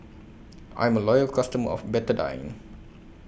I'm A Loyal customer of Betadine